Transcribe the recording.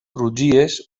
crugies